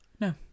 No